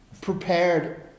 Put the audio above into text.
prepared